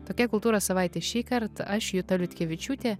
tokia kultūros savaitė šįkart aš juta liutkevičiūtė